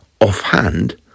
offhand